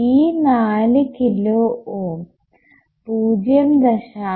ഈ 4 kilo ohm 0